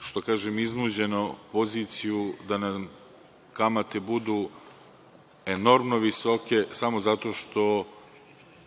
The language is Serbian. što kažem iznuđenu poziciju da nam kamate budu enormno visoke samo zato što